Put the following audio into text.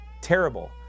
terrible